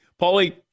Paulie